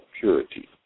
purity